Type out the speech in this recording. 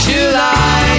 July